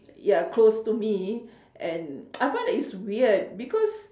ya close to me and I find that it's weird because